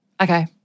Okay